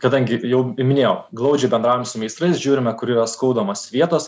kadangi jau ir minėjau glaudžiai bendraujam su meistrais žiūrime kur yra skaudamos vietos